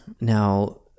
Now